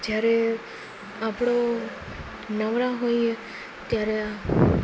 જ્યારે આપણો નવરા હોઈએ ત્યારે